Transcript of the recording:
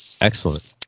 excellent